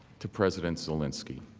to president zelensky